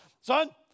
Son